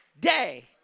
day